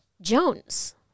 Jones